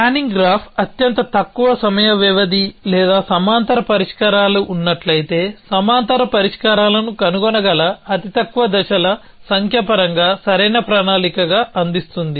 planning graph అత్యంత తక్కువ సమయ వ్యవధి లేదా సమాంతర పరిష్కారాలు ఉన్నట్లయితే సమాంతర పరిష్కారాలను కనుగొనగల అతి తక్కువ దశల సంఖ్య పరంగా సరైన ప్రణాళికగా అందిస్తుంది